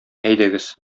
әйдәгез